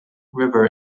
river